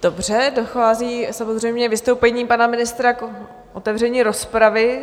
Dobře, dochází samozřejmě vystoupením pana ministra k otevření rozpravy.